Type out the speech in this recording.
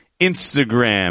Instagram